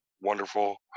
wonderful